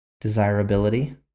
desirability